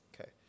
Okay